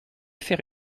faire